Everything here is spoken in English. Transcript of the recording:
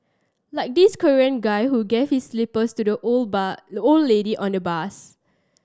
like this Korean guy who gave his slippers to the old the old lady on the bus